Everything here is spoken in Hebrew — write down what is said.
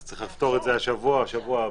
צריך לפתור את זה השבוע או בשבוע הבא.